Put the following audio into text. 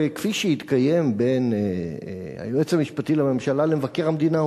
כפי שהתקיים בין היועץ המשפטי לממשלה למבקר המדינה,